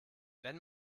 wenn